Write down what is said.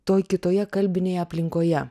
toj kitoje kalbinėje aplinkoje